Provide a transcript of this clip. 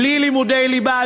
בלי לימודי ליבה,